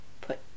put